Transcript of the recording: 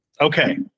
Okay